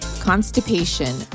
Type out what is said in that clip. constipation